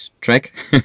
track